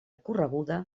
correguda